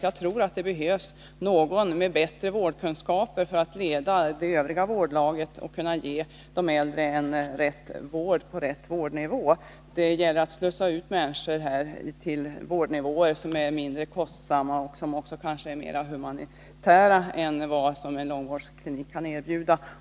Jag tror att det behövs någon som har bättre vårdkunskaper och som kan leda det övriga vårdlaget för att ge de äldre vård på rätt vårdnivå. Det gäller att slussa ut människor till mindre kostsamma och kanske också mera humana vårdformer än vad en långvårdsklinik kan erbjuda.